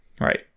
right